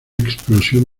explosión